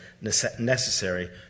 necessary